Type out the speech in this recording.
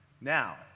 Now